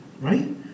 Right